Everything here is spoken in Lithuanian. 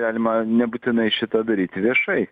galima nebūtinai šitą daryti viešai